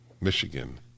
Michigan